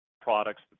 products